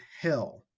Hill